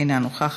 אינה נוכחת,